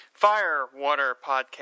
firewaterpodcast